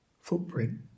footprint